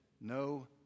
no